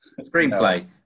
screenplay